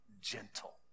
gentle